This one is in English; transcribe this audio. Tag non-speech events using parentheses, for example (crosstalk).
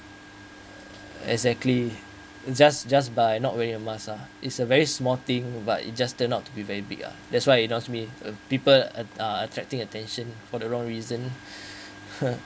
exactly just just by not wearing a mask lah is a very small thing but it just turn out to be very big uh that's why it me uh people uh attracting attention for the wrong reason (laughs)